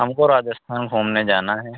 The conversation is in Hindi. हमको राजस्थान घूमने जाना है